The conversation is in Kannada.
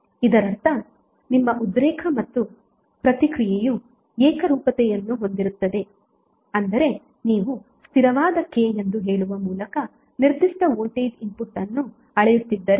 ಇದರರ್ಥ ನಿಮ್ಮ ಉದ್ರೇಕ ಮತ್ತು ಪ್ರತಿಕ್ರಿಯೆಯು ಏಕರೂಪತೆಯನ್ನು ಹೊಂದಿರುತ್ತದೆ ಅಂದರೆ ನೀವು ಸ್ಥಿರವಾದ ಕೆ ಎಂದು ಹೇಳುವ ಮೂಲಕ ನಿರ್ದಿಷ್ಟ ವೋಲ್ಟೇಜ್ ಇನ್ಪುಟ್ ಅನ್ನು ಅಳೆಯುತ್ತಿದ್ದರೆ